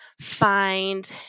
find